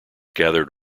gathered